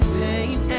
pain